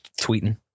tweeting